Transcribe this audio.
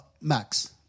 Max